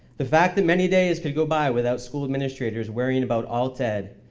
the fact that many days could go by without school administrators worrying about alt ed,